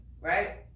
Right